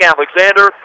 Alexander